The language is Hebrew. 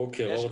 בוקר אור.